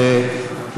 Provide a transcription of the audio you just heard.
כן.